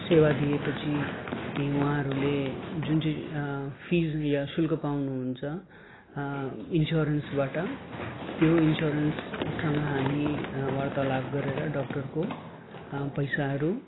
सेवा दिएपछि उहाँहरूले जुन चाहिँ फिज या शुल्क पाउनु हुन्छ इन्स्योरेन्सबाट त्यो इन्स्योरेन्ससँग हामी वार्तालाप गरेर डक्टरको पैसाहरू